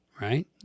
right